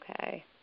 Okay